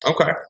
Okay